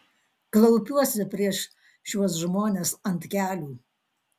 klaupiuosi prieš šiuos žmones ant kelių